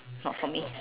not for me